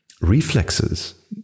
reflexes